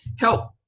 help